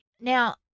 Now